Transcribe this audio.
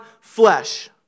flesh